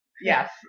Yes